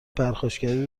پرخاشگری